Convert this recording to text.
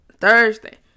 Thursday